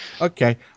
Okay